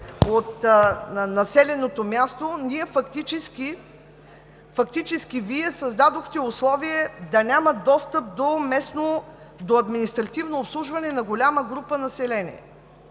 от населеното място. Фактически Вие създадохте условие да няма достъп до административно обслужване на голяма група население.